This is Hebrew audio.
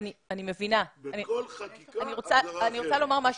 בכל חקיקה יש הגדרה אחרת.